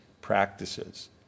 practices